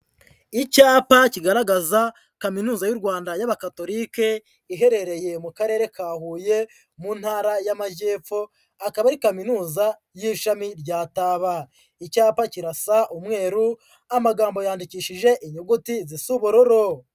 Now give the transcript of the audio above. Icyapa kigaragaza kaminuza y'u Rwanda y'Abakatolike, iherereye mu karere ka huye mu ntara y'Amajyepfo, akaba ari Kaminuza y'Ishami rya Taba icyapa kirasa umweru, amagambo yandikishije inyuguti zisa ubururu.